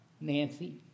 Nancy